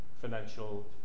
financial